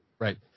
Right